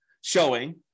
showing